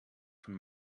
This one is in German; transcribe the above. von